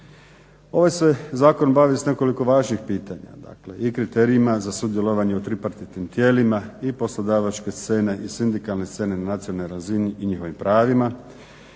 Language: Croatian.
Ovaj se zakon bavi s nekoliko važnih pitanja dakle i kriterijima za sudjelovanjem u tripartitnim tijelima i poslodavačke scene i sindikalne scene na nacionalnoj razini i njihovim pravima,